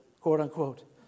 quote-unquote